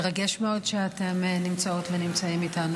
מרגש מאוד שאתם נמצאות ונמצאים איתנו,